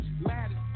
Mad